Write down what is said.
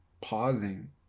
pausing